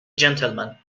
gentleman